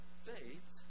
faith